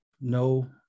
no